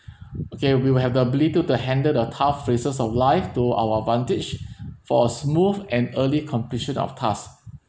okay we will have the ability to handle the tough phrases of life to our advantage for a smooth and early completion of task